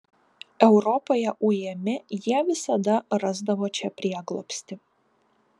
europoje ujami jie visada rasdavo čia prieglobstį